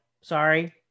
Sorry